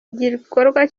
igikorwa